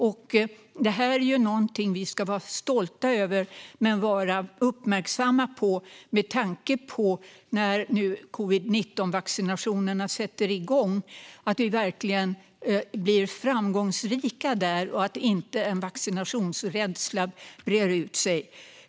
Avgiftsfritt pneumokockvaccin för vissa grupper Detta är någonting vi ska vara stolta över, men när covid-19-vaccinationerna sätter igång ska vi också vara uppmärksamma så att vi verkligen blir framgångsrika där och så att en vaccinationsrädsla inte breder ut sig.